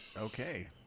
Okay